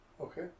Okay